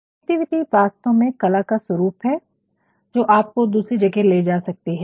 creativity वास्तव में कला का स्वरूप है जो आपको दूसरी जगह ले जा सकते हैं